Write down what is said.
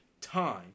time